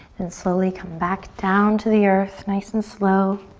and slowly come back down to the earth nice and slow.